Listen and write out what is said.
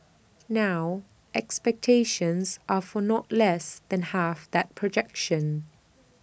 now expectations are for not less than half that projection